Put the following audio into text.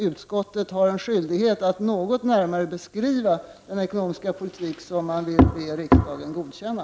Utskottet har en skyldighet att något närmare beskriva den ekonomiska politik som man vill att riksdagen skall godkänna.